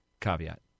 caveat